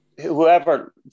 whoever